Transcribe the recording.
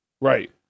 Right